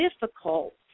difficult